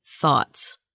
thoughts